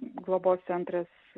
globos centras